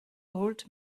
old